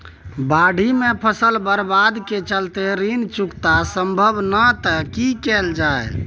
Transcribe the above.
बाढि में फसल बर्बाद के चलते ऋण चुकता सम्भव नय त की कैल जा?